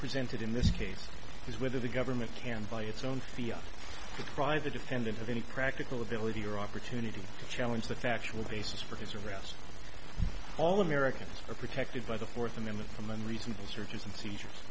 presented in this case is whether the government can by its own fia the private defendant have any practical ability or opportunity to challenge the factual basis for his arrest all americans are protected by the fourth amendment from unreasonable searches and seizures